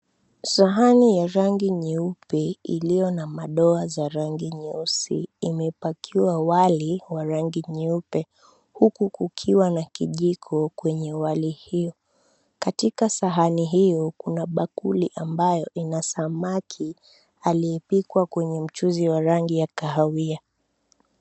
sahani ya rangi nyeupe iliyo na madoa za rangi nyeusi iliyo pakiwa wali wa rangi nyeupe huku kukiwa na kijiko kwenye wali hio ,katika sahani hio kuna bakuli ambayo ina samaki aliyepikwa kwenye mchuzi wa rangi ya kahawia.